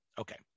Okay